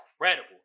incredible